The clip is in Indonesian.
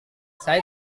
saya